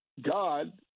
God